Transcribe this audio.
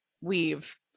weave